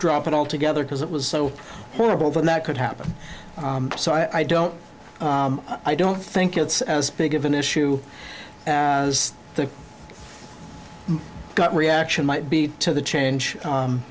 drop it altogether because it was so horrible that that could happen so i don't i don't think it's as big of an issue as the gut reaction might be to the change